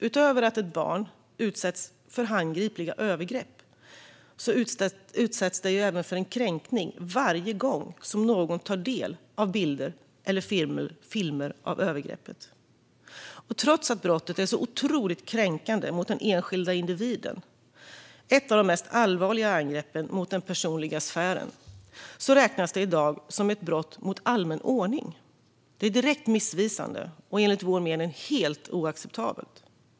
Utöver att ett barn utsätts för handgripliga övergrepp utsätts det även för en kränkning varje gång som någon tar del av bilder eller filmer av övergreppet. Men trots att brottet är så otroligt kränkande mot den enskilda individen och är ett av de mest allvarliga angreppen mot den personliga sfären räknas det i dag som ett brott mot allmän ordning. Det är direkt missvisande och enligt vår mening helt oacceptabelt.